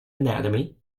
anatomy